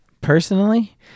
personally